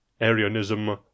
Arianism